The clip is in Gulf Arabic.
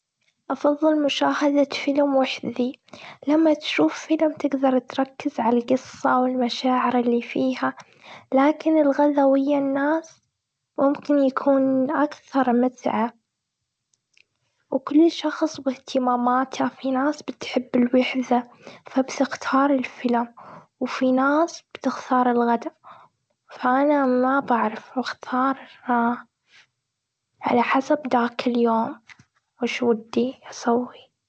أفضل مشاهدة فيلم وحدي. لما تشوف فيلم، تقدر تركز على القصة والمشاعر اللي فيها. لكن الغذا ويا الناس ممكن يكون أكثر متعة. وكل شخص واهتماماته، في ناس بتحب الوحدة. فبتختار الفيلم وفي ناس بتختار الغدا. فانا ما بعرف أختار، على حسب ذاك اليوم وش ودي أسوي.